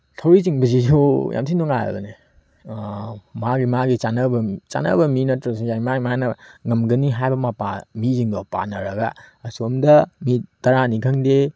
ꯊꯧꯔꯤ ꯆꯤꯡꯕꯤꯁꯤꯁꯨ ꯌꯥꯝ ꯊꯤ ꯅꯨꯡꯉꯥꯏꯕꯅꯤ ꯃꯥꯒꯤ ꯃꯥꯒꯤ ꯆꯥꯟꯅꯕ ꯆꯥꯟꯅꯕ ꯃꯤ ꯅꯠꯇ꯭ꯔꯁꯨ ꯌꯥꯏ ꯃꯥ ꯃꯥꯅ ꯉꯝꯒꯅꯤ ꯍꯥꯏꯕ ꯃꯄꯥ ꯃꯤꯁꯤꯡꯗꯣ ꯄꯥꯅꯔꯒ ꯑꯁꯣꯝꯗ ꯃꯤ ꯇꯔꯥꯅꯤ ꯈꯪꯗꯦ